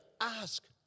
ask